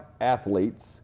athletes